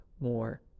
more